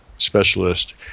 specialist